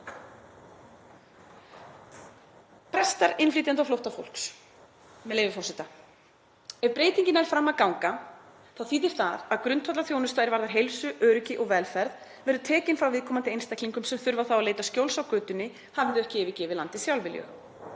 Prestar innflytjenda og flóttafólks segja, með leyfi forseta: „Ef breytingin nær fram að ganga þá þýðir það að grundvallarþjónusta er varðar heilsu, öryggi og velferð verður tekin frá viðkomandi einstaklingum sem þurfa þá að leita skjóls á götunni, hafi þau ekki yfirgefið landið sjálfviljug.